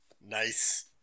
Nice